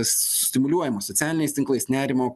stimuliuojamas socialiniais tinklais nerimo